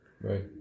Right